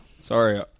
sorry